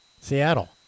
Seattle